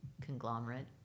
conglomerate